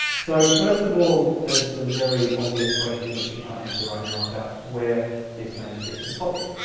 so first of all there's the very obvious question which we can't answer right now about where this manuscript was copied.